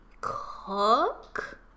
cook